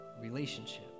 relationship